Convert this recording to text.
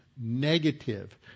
negative